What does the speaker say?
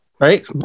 Right